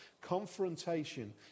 confrontation